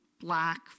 black